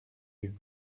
yeux